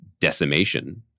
decimation